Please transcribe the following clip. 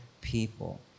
people